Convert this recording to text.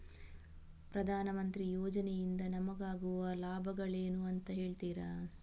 ಪ್ರಧಾನಮಂತ್ರಿ ಯೋಜನೆ ಇಂದ ನಮಗಾಗುವ ಲಾಭಗಳೇನು ಅಂತ ಹೇಳ್ತೀರಾ?